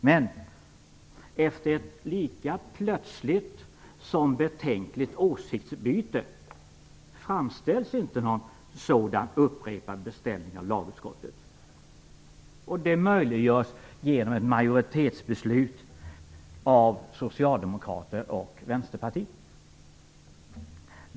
Men efter ett lika plötsligt som betänkligt åsiktsbyte framställs inte någon sådan upprepad beställning av lagutskottet. Det möjliggörs genom ett majoritetsbeslut av Socialdemokraterna och Vänsterpartiet.